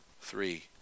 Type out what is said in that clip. three